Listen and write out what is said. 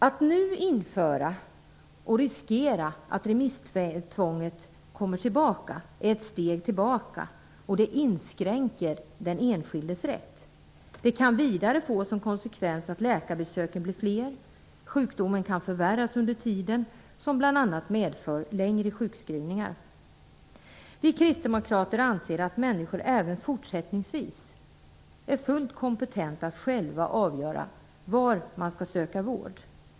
Att nu riskera att remisstvånget kommer igen är ett steg tillbaka. Det inskränker den enskildes rätt. Detta kan vidare få som konsekvens att läkarbesöken blir fler, sjukdomen kan förvärras under tiden, vilket medför längre sjukskrivningar etc. Vi kristdemokrater anser att människor även fortsättningsvis är fullt kompetenta att själva avgöra var man skall söka vård.